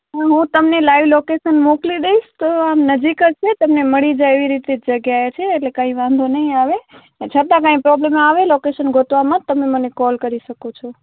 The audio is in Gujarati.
હું તમને લાઈવ લોકેશન મોકલી દઈશ તો નજીક જ છે તમને મળી જાય એવી રીતની જગ્યાએ જ છે એટલે કંઈ વાંધો નહીં આવે છતાં કોઈ પ્રૉબ્લમ આવે લોકેશન ગોતવામાં તો તમે મને કૉલ કરી શકો છો